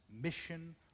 mission